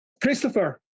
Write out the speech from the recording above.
Christopher